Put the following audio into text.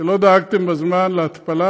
שלא דאגתם בזמן להתפלה.